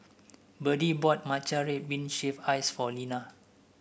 Berdie bought Matcha Red Bean Shaved Ice for Lina